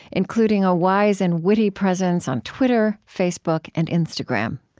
including a wise and witty presence on twitter, facebook, and instagram.